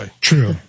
True